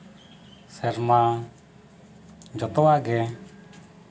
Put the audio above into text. ᱥᱮᱨᱢᱟ ᱡᱚᱛᱚᱣᱟᱜ ᱜᱮ